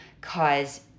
cause